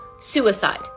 suicide